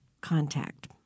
contact